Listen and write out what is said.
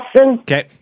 Okay